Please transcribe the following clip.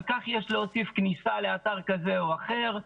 על כך יש להוסיף כניסה לאתר כזה או אחר,